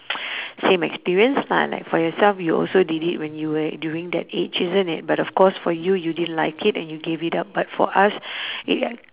same experience lah like for yourself you also did it when you were during that age isn't it but of course for you you didn't like it and you gave it up but for us it